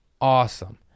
awesome